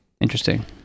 interesting